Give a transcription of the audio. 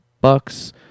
Bucks